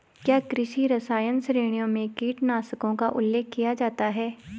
क्या कृषि रसायन श्रेणियों में कीटनाशकों का उल्लेख किया जाता है?